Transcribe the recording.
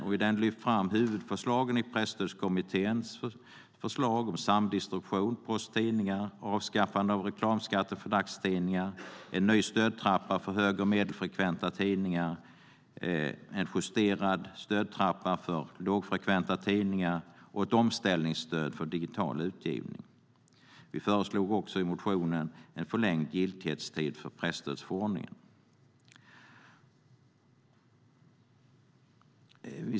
I den har vi lyft fram huvudförslagen i Presstödskommitténs förslag om samdistribution av post och tidningar, avskaffande av reklamskatt för dagstidningar, en ny stödtrappa för hög och medelfrekventa tidningar, en justerad stödtrappa för lågfrekventa tidningar och ett omställningsstöd för digital utgivning. Vi föreslog också i motionen en förlängd giltighetstid för presstödsförordningen.